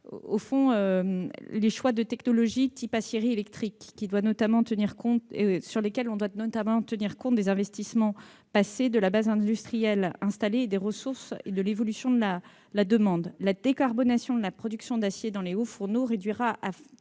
sur les choix de technologie du type aciérie électrique, sur lesquels on doit notamment tenir compte des investissements passés, de la base industrielle installée, des ressources et de l'évolution de la demande. La décarbonation de la production d'acier dans les hauts-fourneaux réduira à